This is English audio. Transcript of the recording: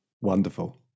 wonderful